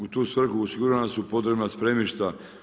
U tu svrhu osigurana su i potrebna spremišta.